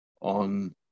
on